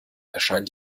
erscheinen